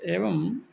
एवम्